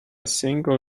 single